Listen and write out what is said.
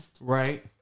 right